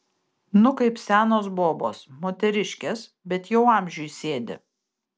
nu kaip senos bobos moteriškės bet jau amžiui sėdi